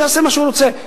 שיעשה מה שהוא רוצה.